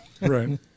Right